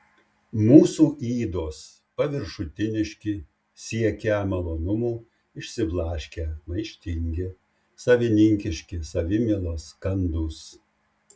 mūsų ydos paviršutiniški siekią malonumų išsiblaškę maištingi savininkiški savimylos kandūs